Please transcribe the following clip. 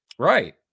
Right